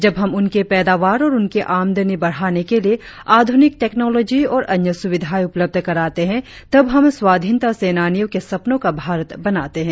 जब हम उनकी पैदावार और उनकी आमदनी बढ़ाने के लिए आधुनिक टेक्नॉलोजी और अन्य सुविधाएम उपलब्ध कराते है तब हम स्वाधीनता सैनानियों के सपनों का भारत बनाते है